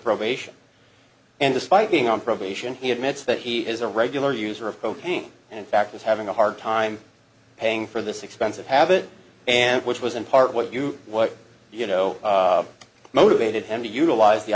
probation and despite being on probation he admits that he is a regular user of cocaine and in fact was having a hard time paying for this expensive habit and which was in part what you what you know what motivated him to utilize the